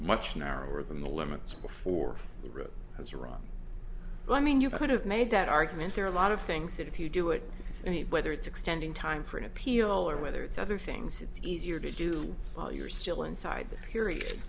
much narrower than the limits before the road has arrived but i mean you could have made that argument there are a lot of things that if you do it any whether it's extending time for an appeal or whether it's other things it's easier to do while you're still inside the period